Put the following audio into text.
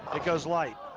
it goes light.